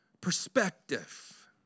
perspective